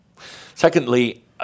Secondly